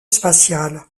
spatial